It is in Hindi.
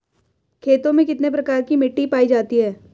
खेतों में कितने प्रकार की मिटी पायी जाती हैं?